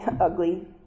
ugly